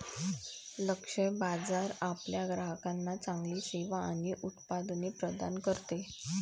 लक्ष्य बाजार आपल्या ग्राहकांना चांगली सेवा आणि उत्पादने प्रदान करते